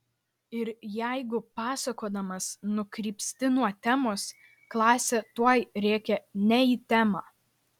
ir jeigu pasakodamas nukrypsti nuo temos klasė tuoj rėkia ne į temą